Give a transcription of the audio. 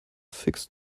fixed